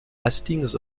hastings